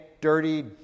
dirty